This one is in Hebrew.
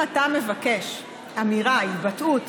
אם אתה מבקש אמירה, התבטאות